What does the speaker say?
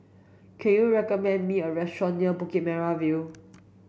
can you recommend me a restaurant near Bukit Merah View